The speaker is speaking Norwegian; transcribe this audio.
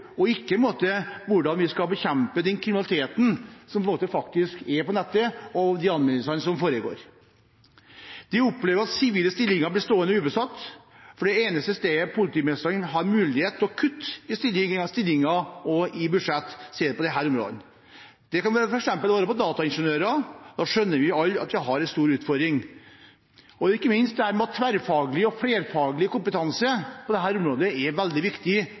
og ikke om hvordan vi skal bekjempe den kriminaliteten som er på nettet, og jobbe opp mot de anmeldelsene som kommer. De opplever at sivile stillinger blir stående ubesatt, for de eneste stedene politimestrene har mulighet til å kutte i stillinger og i budsjett, er på disse områdene. Det kan f.eks. gjelde dataingeniører. Da skjønner vi alle at vi har en stor utfordring. Ikke minst er tverrfaglig og flerfaglig kompetanse på dette området veldig viktig